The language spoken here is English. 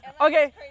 okay